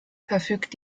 verfügt